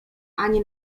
ani